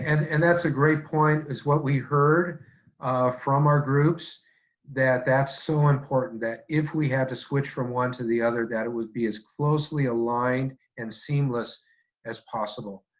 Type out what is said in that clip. and and that's a great point. is what we heard from our groups that that's so important. that if we had to switch from one to the other that it would be as closely aligned and seamless as possible.